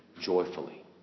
joyfully